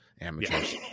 amateurs